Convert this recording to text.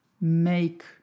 make